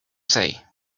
say